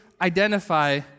identify